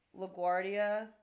LaGuardia